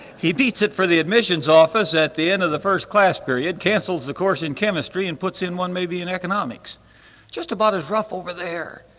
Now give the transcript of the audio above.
he beats it for the admissions office at the end of the first class period cancels the course in chemistry and puts in one maybe in economics just about as rough over there.